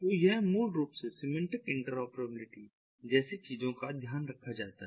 तो यह मूल रूप से सिमेंटिक इंटरऑपरेबिलिटी जैसी चीजों का ध्यान रखा जाता है